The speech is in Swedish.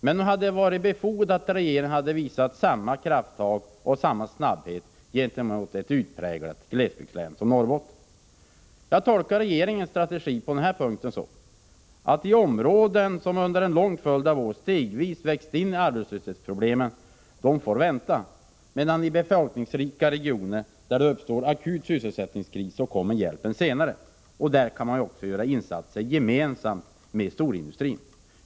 Men nog hade det varit befogat att regeringen hade visat prov på samma krafttag och samma snabbhet vad gäller ett utpräglat glesbygdslän som Norrbotten. Jag tolkar regeringens strategi på denna punkt så, att områden som under en lång följd av år stegvis växt in i arbetslöshetsproblemen får vänta, medan hjälpen kommer snabbare i befolkningsrika regioner i en akut sysselsättningskris. I de senare kan man också göra insatser gemensamt med storindustrin.